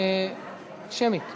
זיכרונו לברכה,